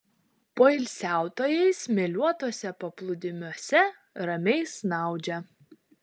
poilsiautojai smėliuotuose paplūdimiuose ramiai snaudžia